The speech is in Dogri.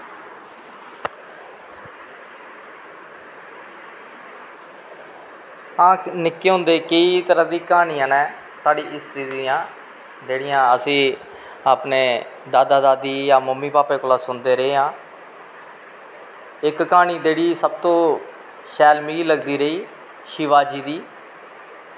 हां निक्के होंदे केंई तरां दियां कहानियां नै साढ़ी हिस्ट्री दियां जेह्ड़ियां असें गी अपने दादा दादी जां मम्मी भापे कोला दा सुनदे रेह् आं इक कहानी जेह्ड़ी सब तो जेह्ड़ी मिगी लगदी रेही शिवाजी दी